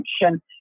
function